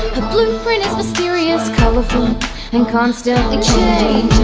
blueprint is mysterious, colourful and constantly changing